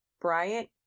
Bryant